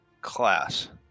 class